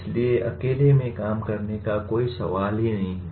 इसलिए अकेले में काम करने का कोई सवाल ही नहीं है